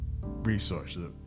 resources